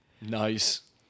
Nice